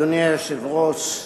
אדוני היושב-ראש,